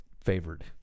favored